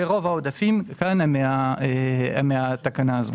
ורוב העודפים כאן הם מהתקנה הזו.